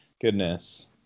Goodness